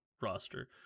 roster